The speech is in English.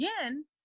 again